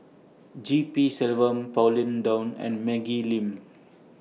G P Selvam Pauline Dawn and Maggie Lim